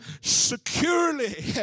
securely